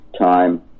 time